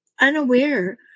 unaware